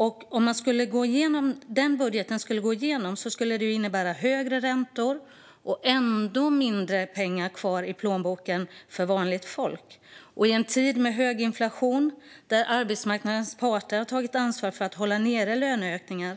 Om denna budget skulle gå igenom skulle det innebära högre räntor och ännu mindre pengar kvar i plånboken för vanligt folk. I en tid med hög inflation där arbetsmarknadens parter har tagit ansvar för att hålla nere löneökningarna